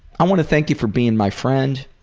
i want to thank you for being my friend.